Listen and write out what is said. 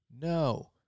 no